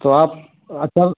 तो आप सर